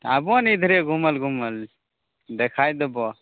आबो ने इधरे घूमल घूमल देखाए देबऽ